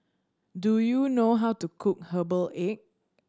do you know how to cook herbal egg